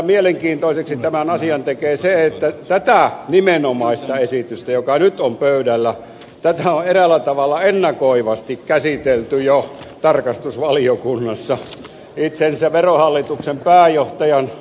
mielenkiintoiseksi tämän asian tekee se että tätä nimenomaista esitystä joka nyt on pöydällä on eräällä tavalla ennakoivasti käsitelty jo tarkastusvaliokunnassa itsensä verohallituksen pääjohtajan